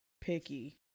picky